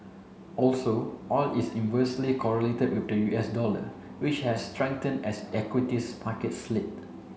also oil is inversely correlated with the U S dollar which has strengthened as equities markets slid